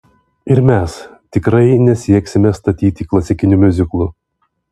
ir mes tikrai nesieksime statyti klasikinių miuziklų